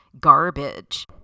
garbage